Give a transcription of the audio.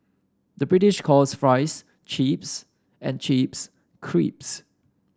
the British calls fries chips and chips